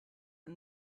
and